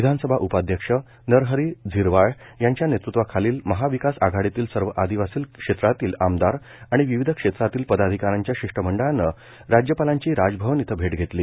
विधानसभा उपाध्यक्ष नरहरी झिरवाळ यांच्या नेतृत्वाखाली महाविकास आघाडीतील सर्व आदिवासी क्षेत्रातील आमदार आणि विविध क्षेत्रातील पदाधिकाऱ्यांच्या शिष्टमंडळानं राज्यपालांची राजभवन इथं भेट घेतली